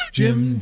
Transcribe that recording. Jim